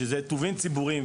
שזה טובין ציבוריים.